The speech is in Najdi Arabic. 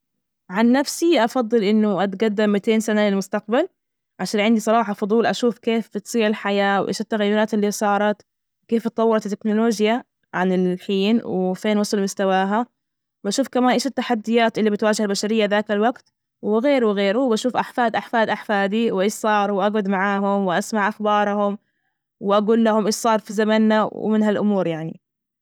عن نفسي أفضل، إنه أتقدم مئتين سنة للمستقبل، عشان عندي صراحة فضول أشوف كيف بتصير الحياة وإيش التغيرات اللي صارت، كيف تطورت التكنولوجيا عن الحين وفين وصلوا مستواها، بشوف كمان إيش التحديات اللي بتواجه البشرية، ذاك الوجت وغيره وغيره، وبشوف أحفاد أحفاد أحفادي وإيش صار وأجعد معاهم وأسمع أخبارهم وأجول لهم إيش صار في زمنا، ومن هالأمور يعني.